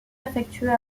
affectueux